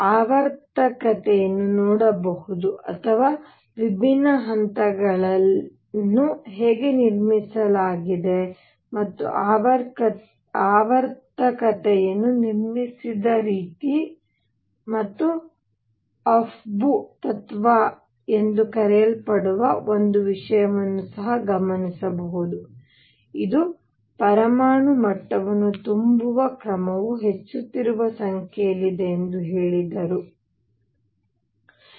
ಆದ್ದರಿಂದ ಆವರ್ತಕತೆಯನ್ನು ನೋಡಬಹುದು ಅಥವಾ ವಿಭಿನ್ನ ಹಂತಗಳನ್ನು ಹೇಗೆ ನಿರ್ಮಿಸಲಾಗಿದೆ ಮತ್ತು ಆವರ್ತಕತೆಯನ್ನು ನಿರ್ಮಿಸಿದ ರೀತಿ ಮತ್ತು ಅಫ್ಬೌ ತತ್ವ ಎಂದು ಕರೆಯಲ್ಪಡುವ ಒಂದು ವಿಷಯವನ್ನು ಸಹ ಗಮನಿಸಬಹುದು ಇದು ಪರಮಾಣು ಮಟ್ಟವನ್ನು ತುಂಬುವ ಕ್ರಮವು ಹೆಚ್ಚುತ್ತಿರುವ ಸಂಖ್ಯೆಯಲ್ಲಿದೆ ಎಂದು ಹೇಳಿದರು n l